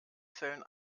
zellen